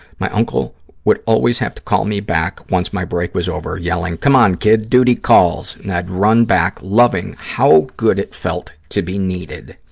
my uncle would always have to call me back once my break was over, yelling, come on, kid, duty calls, and i'd run back, loving how good it felt to be needed.